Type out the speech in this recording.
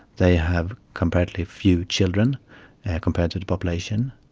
they have comparatively few children compared to the population,